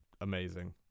amazing